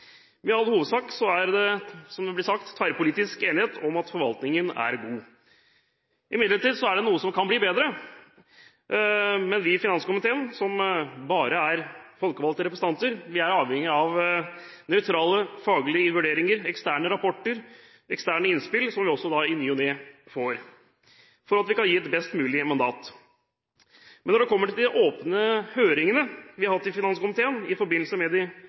med en slik sak når man ser at 2012 totalt sett var et godt år for fondet. Like hyggelig var det ikke da vi eksempelvis hadde lagt bak oss kriseåret 2008, da fondet hadde tapt ca. 633 mrd. kr. Men i all hovedsak er det – som det er blitt sagt – tverrpolitisk enighet om at forvaltningen er god. Imidlertid er det noe som kan bli bedre. Men vi i finanskomiteen, som bare er folkevalgte representanter, er avhengig av nøytrale faglige vurderinger, eksterne rapporter og eksterne innspill – som vi også